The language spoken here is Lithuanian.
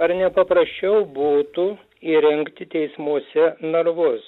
ar ne paprasčiau būtų įrengti teismuose narvus